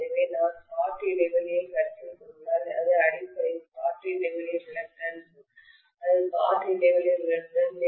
எனவே நான் காற்று இடைவெளியைக் கருத்தில் கொண்டால் இது அடிப்படையில் காற்று இடைவெளி ரிலக்டன்ஸ் இது காற்று இடைவெளி ரிலக்டன்ஸ்